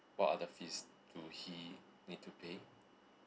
what other fees do he need to pay